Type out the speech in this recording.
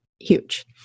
Huge